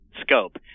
scope